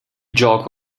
gioco